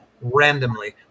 randomly